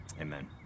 Amen